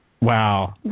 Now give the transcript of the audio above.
Wow